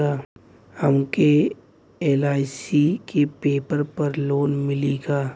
हमके एल.आई.सी के पेपर पर लोन मिली का?